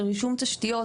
של רישום תשתיות,